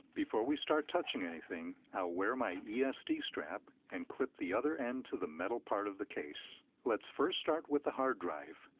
before we start touching anything, i'll wear my yeah esd strap and clip the other end to the metal part of the case. let's first start with the hard drive.